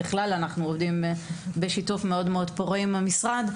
ככלל, אנחנו עובדים בשיתוף פעולה פורה עם המשרד.